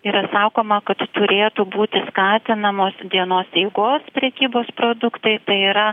yra sakoma kad turėtų būti skatinamos dienos eigos prekybos produktai tai yra